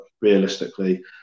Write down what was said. realistically